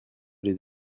les